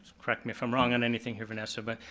correct me if i'm wrong on anything here, vanessa, but,